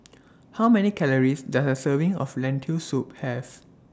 How Many Calories Does A Serving of Lentil Soup Have